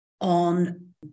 on